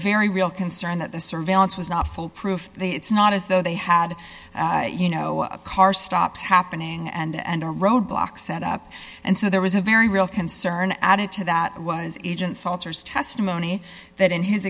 very real concern that the surveillance was not foolproof that it's not as though they had you know a car stops happening and a roadblock set up and so there was a very real concern added to that was agent salters testimony that in his